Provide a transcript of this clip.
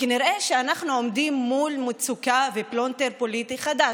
כנראה שאנחנו עומדים מול מצוקה ופלונטר פוליטי חדש.